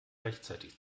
rechtzeitig